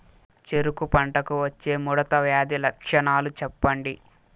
చెరుకు పంటకు వచ్చే ముడత వ్యాధి లక్షణాలు చెప్పండి?